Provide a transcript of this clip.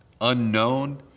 unknown